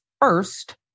first